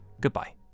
goodbye